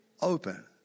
open